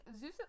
zeus